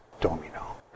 Domino